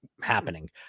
happening